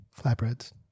flatbreads